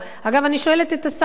אני שואלת את השר: מה יקרה,